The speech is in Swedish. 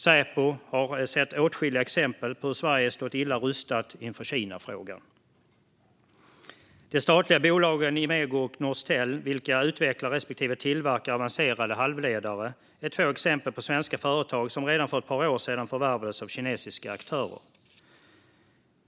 Säpo har sett åtskilliga exempel på hur Sverige stått illa rustat inför Kinafrågan. De statliga bolagen Imego och Norstel, som utvecklar respektive tillverkar avancerade halvledare, är två exempel på svenska företag som redan för ett par år sedan förvärvades av kinesiska aktörer.